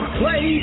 play